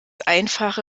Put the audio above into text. einfache